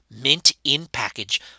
mint-in-package